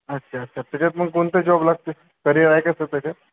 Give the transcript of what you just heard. अच्छा अच्छा त्याच्यात मग कोणता जॉब लागते करियर आहे का सर त्याच्यात